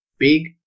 Big